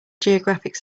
geographic